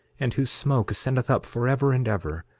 and whose smoke ascendeth up forever and ever,